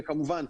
וכמובן,